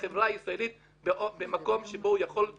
החברה הישראלית במקום שבו היא יכולה